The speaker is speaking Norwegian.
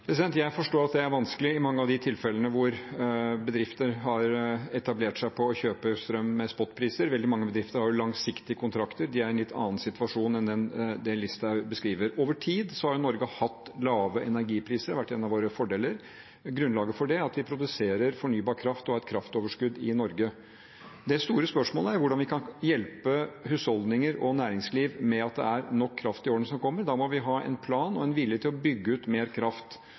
Jeg forstår at det er vanskelig i mange av de tilfellene hvor bedrifter har etablert seg på å kjøpe strøm med spotpriser. Veldig mange bedrifter har jo langsiktige kontrakter. De er i en litt annen situasjon enn den Listhaug beskriver. Over tid har Norge hatt lave energipriser. Det har vært en av våre fordeler. Grunnlaget for det er at vi produserer fornybar kraft og har et kraftoverskudd i Norge. Det store spørsmålet er hvordan vi kan hjelpe husholdninger og næringsliv med at det er nok kraft i årene som kommer. Da må vi ha en plan og en vilje til å bygge ut mer kraft.